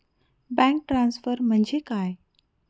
Bank transfer म्हणजे काय?